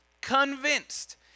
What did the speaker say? convinced